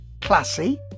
classy